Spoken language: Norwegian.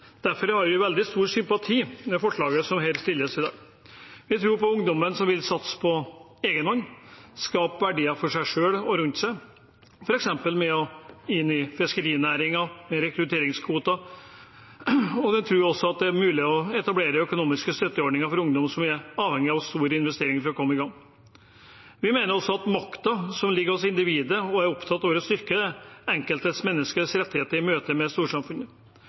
Derfor har vi veldig stor sympati for forslaget som behandles her i dag. Vi tror på ungdommen som vil satse på egen hånd, skape verdier for seg selv og for dem rundt seg, f.eks. ved å gå inn i fiskerinæringen gjennom rekrutteringskvoter. Vi tror også det er mulig å etablere økonomiske støtteordninger for ungdom som er avhengig av store investeringer for å komme i gang. Vi mener også at makta ligger hos individet, og er opptatt av å styrke det enkelte menneskets rettigheter i møte med storsamfunnet.